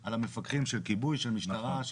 על המפקחים של כיבוי, של משטרה.